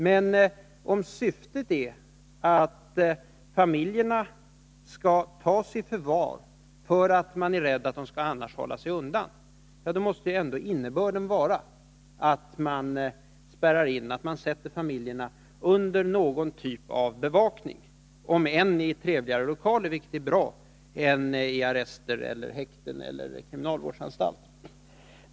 Men om syftet är att familjerna skall tas i förvar därför att man är rädd för att de annars skall hålla sig undan, måste innebörden ändå vara att man spärrar in och sätter familjerna under någon typ av bevakning — även om det sker i trevligare lokaler, vilket är bra. än arrester, häkten eller kriminalvårdsanstalter.